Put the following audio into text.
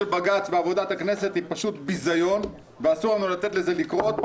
בג"ץ בעבודת הכנסת היא פשוט ביזיון ואסור לנו לתת לזה לקרות.